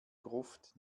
gruft